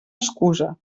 excusa